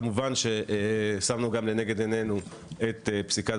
כמובן ששמנו לנגד עינינו גם את פסיקת